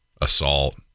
assault